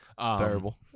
Terrible